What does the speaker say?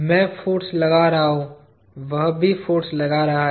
मैं फाॅर्स लगा रहा हूं वह फाॅर्स लगा रहा है